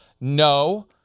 No